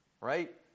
Right